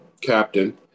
captain